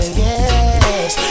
yes